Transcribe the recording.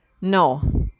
No